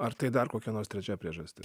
ar tai dar kokia nors trečia priežastis